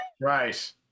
right